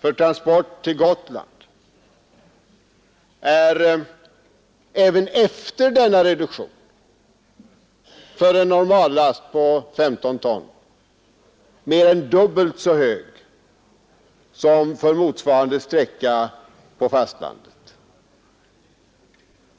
för transporter till Gotland även efter denna reduktion för en normallast på 15 ton är mer än dubbelt så hög som för motsvarande sträcka på fastlandet.